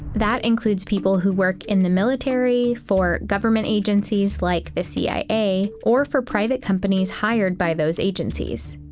that includes people who work in the military, for government agencies like the cia, or for private companies hired by those agencies.